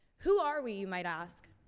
who are we? you might ask.